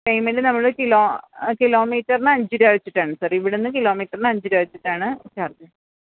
payment നമ്മള് കിലോമീറ്ററിന് അഞ്ച് രൂപ വെച്ചിട്ടാണ് സാര് ഇവിടെനിന്ന് കിലോമീറ്ററിന് അഞ്ച് രൂപ വെച്ചിട്ടാണ് ചാര്ജ്